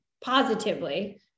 positively